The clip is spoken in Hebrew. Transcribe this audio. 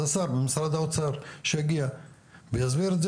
אז השר במשרד האוצר שיגיע ויסביר את זה